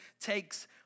takes